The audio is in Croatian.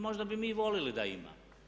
Možda bi mi volili da ima.